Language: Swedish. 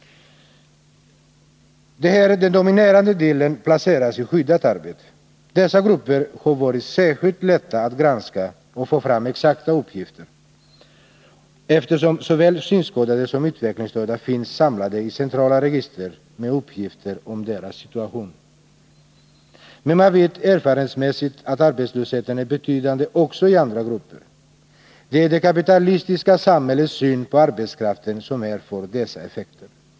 Där är den dominerande delen placerad i skyddat arbete. Dessa grupper har varit särskilt lätta att granska och få fram exakta uppgifter om, eftersom såväl synskadade som utvecklingsstörda finns samlade i centrala register med uppgifter om deras situation. Men man vet erfarenhetsmässigt att arbetslösheten är betydande också i andra grupper. Det är det kapitalistiska samhällets syn på arbetskraften som här får dessa effekter.